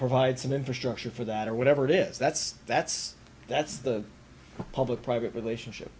provide some infrastructure for that or whatever it is that's that's that's the public private relationship